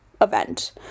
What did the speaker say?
event